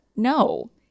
No